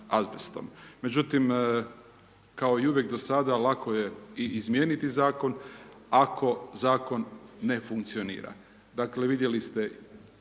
Međutim kao i uvijek do sada, lako je i izmijeniti zakon ako zakon ne funkcionira. Dakle vidjeli ste